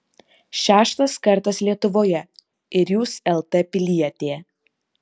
šeštas kartas lietuvoje ir jūs lt pilietė